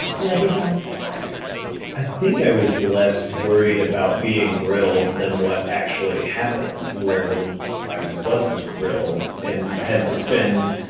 will i be put on the spot? i think i was less worried about being grilled than what actually happened, where i wasn't grilled and had to spend,